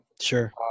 Sure